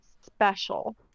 special